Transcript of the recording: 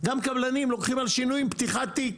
גם קבלנים לוקחים על שינויים פתיחת תיק.